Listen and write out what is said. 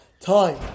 time